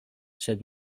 sed